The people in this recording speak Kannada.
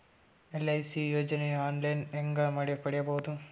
ಎಲ್.ಐ.ಸಿ ಯೋಜನೆ ಆನ್ ಲೈನ್ ಹೇಂಗ ಪಡಿಬಹುದು?